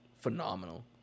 phenomenal